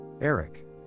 eric